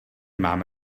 mám